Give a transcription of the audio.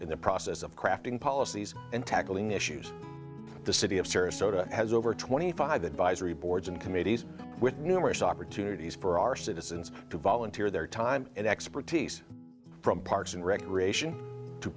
in the process of crafting policies and tackling issues the city of sarasota has over twenty five advisory boards and committees with numerous opportunities for our citizens to volunteer their time and expertise from parks and recreation to